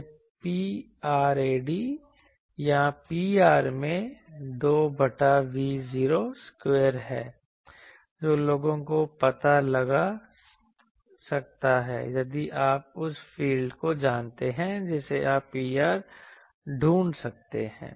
यह Prad या Pr में 2 बटा V0 स्क्वायर है जो लोगों को पता लगा सकता है यदि आप उस फील्ड को जानते हैं जिसे आप Pr ढूंढ सकते हैं